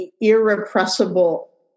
irrepressible